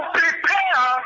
prepare